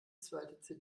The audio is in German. zweite